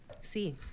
See